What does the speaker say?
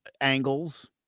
angles